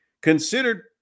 Considered